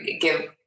give